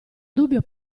dubbio